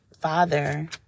father